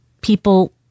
people